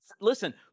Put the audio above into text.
Listen